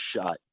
shot